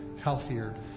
healthier